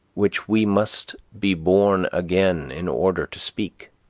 which we must be born again in order to speak.